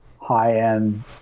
high-end